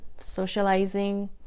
socializing